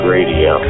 Radio